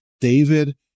David